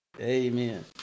Amen